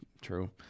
True